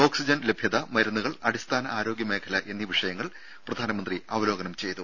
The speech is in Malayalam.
ഓക്സിജൻ ലഭ്യത മരുന്നുകൾ അടിസ്ഥാന ആരോഗ്യ മേഖല എന്നീ വിഷയങ്ങൾ പ്രധാനമന്ത്രി അവലോകനം ചെയ്തു